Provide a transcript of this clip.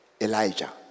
Elijah